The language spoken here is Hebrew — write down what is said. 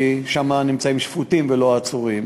כי שם נמצאים שפוטים ולא עצורים.